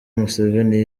museveni